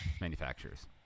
manufacturers